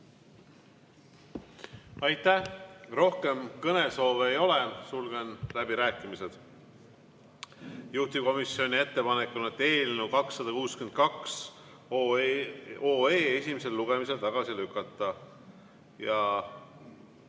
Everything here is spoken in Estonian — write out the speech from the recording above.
Aitäh! Rohkem kõnesoove ei ole, sulgen läbirääkimised. Juhtivkomisjoni ettepanek on eelnõu 262 esimesel lugemisel tagasi lükata.